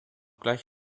gleich